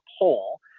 poll